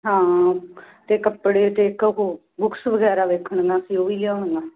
ਹਾਂ ਤੇ ਕੱਪੜੇ ਅਤੇ ਇੱਕ ਉਹ ਬੁਕਸ ਵਗੈਰਾ ਵੇਖਣੀਆਂ ਸੀ ਉਹ ਵੀ ਲਿਆਉਣੀਆਂ